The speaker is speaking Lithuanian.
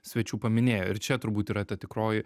svečių paminėjo ir čia turbūt yra ta tikroji